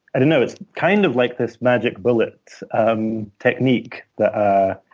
i don't know. it's kind of like this magic bullet um technique that